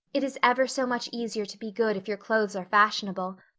it is ever so much easier to be good if your clothes are fashionable.